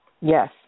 Yes